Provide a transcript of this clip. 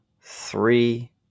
three